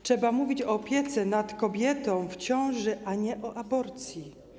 Trzeba mówić o opiece nad kobietą w ciąży, a nie o aborcji.